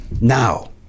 now